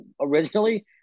originally